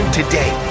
today